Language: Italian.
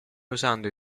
usando